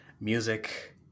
music